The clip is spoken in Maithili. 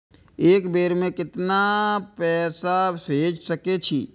एक बेर में केतना पैसा भेज सके छी?